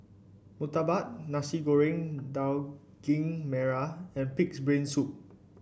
murtabak Nasi Goreng Daging Merah and pig's brain soup